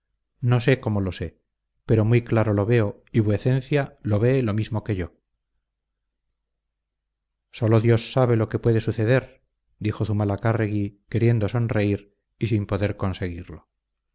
no sé cómo lo sé pero muy claro lo veo y vuecencia lo ve lo mismo que yo sólo dios sabe lo que puede suceder dijo zumalacárregui queriendo sonreír y sin poder conseguirlo